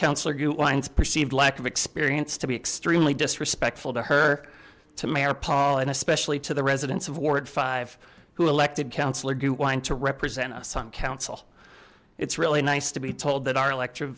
councilor goo twines perceived lack of experience to be extremely disrespectful to her to mayor paul and especially to the residents of ward five who elected councillor do whine to represent us on council it's really nice to be told that our elect